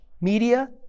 media